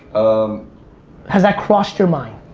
um has that crossed your mind?